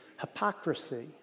hypocrisy